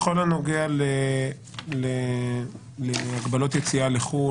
בכל הנוגע להגבלות יציאה לחו"ל,